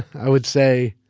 i would say,